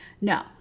No